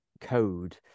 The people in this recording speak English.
code